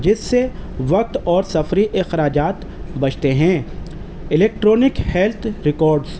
جس سے وقت اور سفری اخراجات بچتے ہیں الیکٹرانک ہیلتھ ریکارڈز